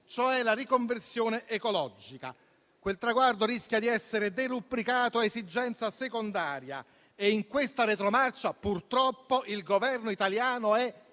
cioè la riconversione ecologica. Quel traguardo rischia di essere derubricato a esigenza secondaria e in questa retromarcia, purtroppo, il Governo italiano è